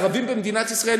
הערבים במדינת ישראל,